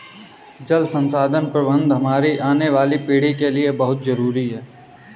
जल संसाधन प्रबंधन हमारी आने वाली पीढ़ी के लिए बहुत जरूरी है